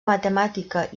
matemàtica